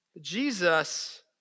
Jesus